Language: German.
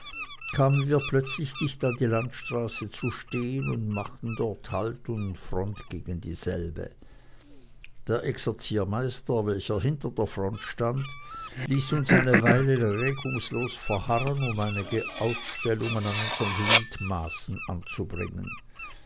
kamen wir plötzlich dicht an die landstraße zu stehen und machten dort halt und front gegen dieselbe der exerziermeister welcher hinter der front stand ließ uns eine weile regungslos verharren um einige ausstellungen an unseren gliedmaßen anzubringen